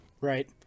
Right